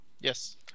Yes